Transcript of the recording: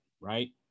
right